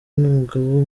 n’umugaba